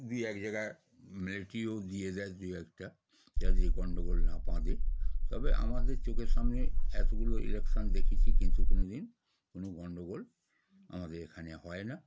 দু এক জায়গায় মিলিটারিও দিয়ে দেয় দু একটা যাতে গণ্ডগোল না বাঁধে তবে আমাদের চোখের সামনে এতগুলো ইলেকশান দেখেছি কিন্তু কোনোদিন কোনো গণ্ডগোল আমাদের এখানে হয় না